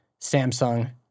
Samsung